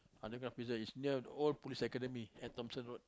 underground prison is near old police academy near Thompson Road